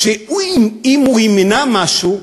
שאם הוא ימנע משהו,